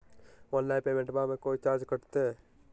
Online पेमेंटबां मे कोइ चार्ज कटते?